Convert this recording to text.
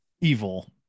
evil